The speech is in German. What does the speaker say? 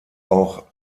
auch